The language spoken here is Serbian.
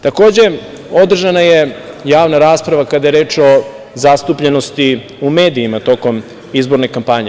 Takođe, održana je javna rasprava kada je reč o zastupljenosti u medijima tokom izborne kampanje.